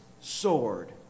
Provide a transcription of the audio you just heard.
sword